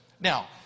Now